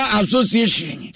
association